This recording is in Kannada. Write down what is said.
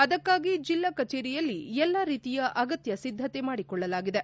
ಅದಕ್ಕಾಗಿ ಜಿಲ್ಲಾ ಕಚೇರಿಯಲ್ಲಿ ಎಲ್ಲ ರೀತಿಯ ಅಗತ್ಯ ಸಿದ್ಧತೆ ಮಾಡಿಕೊಳ್ಳಲಾಗಿದೆ